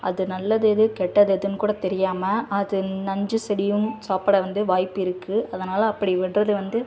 அது நல்லது எது கெட்டது எதுன்னு கூட தெரியாமல் அது நஞ்சு செடியும் சாப்பிட வந்து வாய்ப்பு இருக்குது அதனால் அப்படி விடுறது வந்து